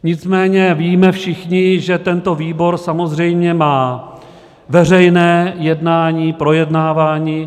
Nicméně víme všichni, že tento výbor samozřejmě má veřejné jednání, projednávání.